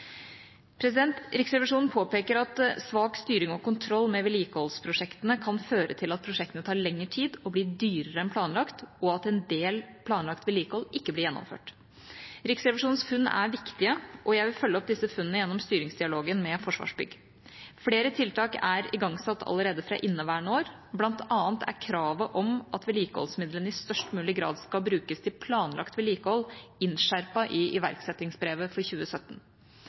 Riksrevisjonen påpeker at svak styring og kontroll med vedlikeholdsprosjektene kan føre til at prosjektene tar lengre tid og blir dyrere enn planlagt, og at en del planlagt vedlikehold ikke blir gjennomført. Riksrevisjonens funn er viktige, og jeg vil følge opp disse funnene gjennom styringsdialogen med Forsvarsbygg. Flere tiltak er igangsatt allerede fra inneværende år. Blant annet er kravet om at vedlikeholdsmidlene i størst mulig grad skal brukes til planlagt vedlikehold, innskjerpet i iverksettingsbrevet for 2017.